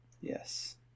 Yes